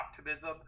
optimism